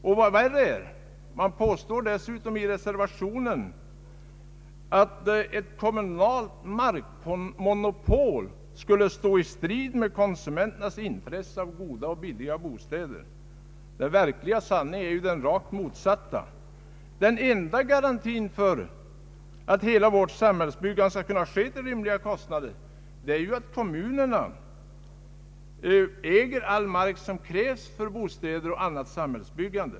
Och vad värre är: det påstås dessutom i reservationen att ett kommunalt markmonopol skulle stå i strid med konsumenternas intresse av goda och billiga bostäder. Den verkliga sanningen är ju den rakt motsatta. Den enda garantin för att hela vårt samhällsbyggande skall kunna ske till rimliga kostnader är att kommunerna äger all mark som krävs för bostäder och annat samhällsbyggande.